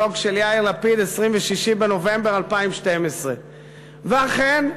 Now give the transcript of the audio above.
הבלוג של יאיר לפיד, 26 בנובמבר 2012. ואכן,